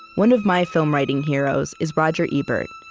one of my film writing heroes is roger ebert,